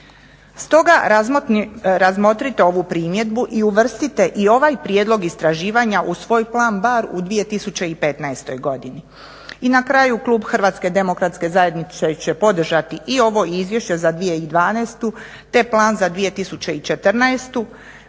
Stoga razmotrite ovu primjedbu i uvrstite i ovaj prijedlog istraživanja u svoj plan bar u 2015.godini. I na kraju Klub HDZ-a će podržati i ovo izvješće za 2012.te plan za 2014. Međutim